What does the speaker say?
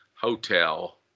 Hotel